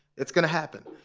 it is going to happen.